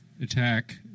attack